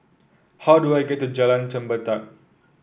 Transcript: how do I get to Jalan Chempedak